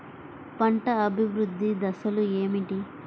పంట అభివృద్ధి దశలు ఏమిటి?